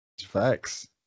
Facts